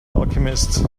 alchemist